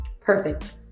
Perfect